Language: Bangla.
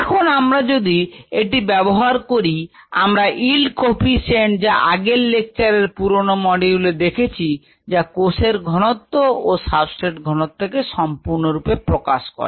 এখন আমরা যদি এটি ব্যবহার করি আমরা yield coefficient যা আগের লেকচারে পুরনো মডিউলে দেখেছি যা কোষের ঘনত্ব ও সাবস্ট্রেট ঘনত্ব কে সম্পূর্ণরূপে প্রকাশ করে